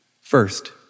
First